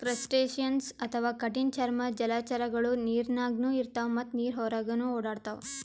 crustaceans ಅಥವಾ ಕಠಿಣ್ ಚರ್ಮದ್ದ್ ಜಲಚರಗೊಳು ನೀರಿನಾಗ್ನು ಇರ್ತವ್ ಮತ್ತ್ ನೀರ್ ಹೊರಗನ್ನು ಓಡಾಡ್ತವಾ